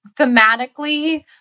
thematically